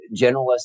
generalists